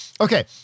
Okay